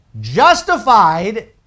justified